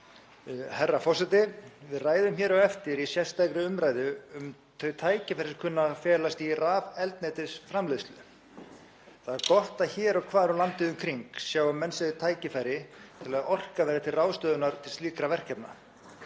Herra forseti. Við ræðum hér á eftir í sérstakri umræðu um þau tækifæri sem kunna að felast í rafeldsneytisframleiðslu. Það er gott að hér og hvar landið um kring sjái menn tækifæri til að orka verði til ráðstöfunar til slíkra verkefna.